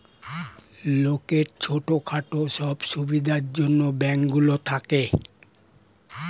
লোকের ছোট খাটো সব সুবিধার জন্যে ব্যাঙ্ক গুলো থাকে